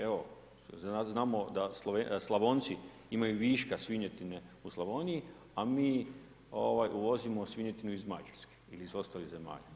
Evo znamo da Slavonci imaju viška svinjetine u Slavoniji a mi uvozimo svinjetinu iz Mađarske ili iz ostalih zemalja.